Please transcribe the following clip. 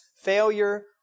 failure